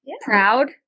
proud